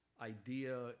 idea